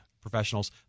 professionals